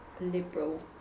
liberal